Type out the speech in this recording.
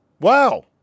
Wow